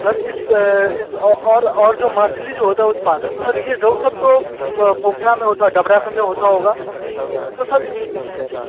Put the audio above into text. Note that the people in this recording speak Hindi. सर इस इस और और जो मछली जो होता है उत्पादन सर ये रोहू सब तो पोखरा में होता है डबरा सब में होता होगा तो सर जिस